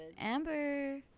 Amber